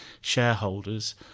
shareholders